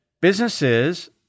businesses